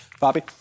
Bobby